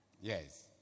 Yes